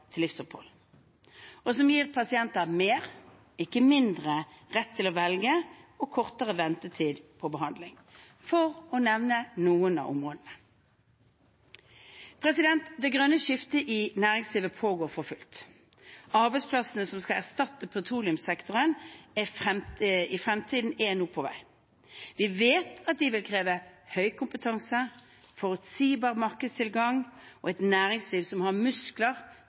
til livsopphold, og som gir pasienter mer, ikke mindre rett til å velge, og kortere ventetid på behandling – for å nevne noen av områdene. Det grønne skiftet i næringslivet pågår for fullt. Arbeidsplassene som skal erstatte petroleumssektoren i fremtiden, er nå på vei. Vi vet at de vil kreve høy kompetanse, forutsigbar markedstilgang og et næringsliv som har muskler